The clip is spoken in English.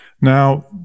Now